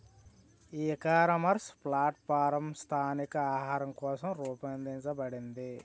ఈ ecommerce platform స్థానిక ఆహారం కోసం రూపొందించబడిందా?